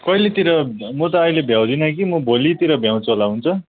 कहिलेतिर म त अहिले भ्याउँदिनँ कि म भोलितिर भ्याउँछु होला हुन्छ